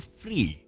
free